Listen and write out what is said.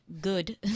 good